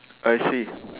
I see